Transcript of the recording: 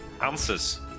answers